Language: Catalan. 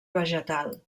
vegetal